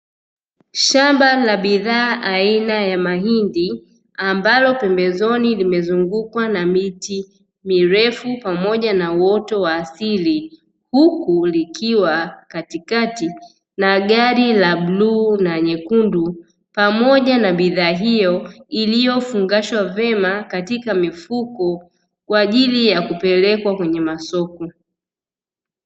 Shamba la bidhaa aina ya mahindi ambalo pembezoni limezungukwa na miti mirefu pamoja na uuoto wa asili, huku likiwa katikati na gari la bluu na nyekundu pamoja na bidhaa hiyo iliyofungashwa vyema katika mifuko, kwa ajili ya kupelekwa kwenye masoko.